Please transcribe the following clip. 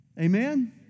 Amen